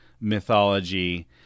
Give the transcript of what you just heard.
mythology